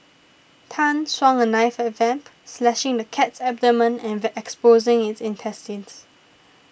Tan swung the knife at Vamp slashing the cat's abdomen and the exposing its intestines